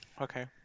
Okay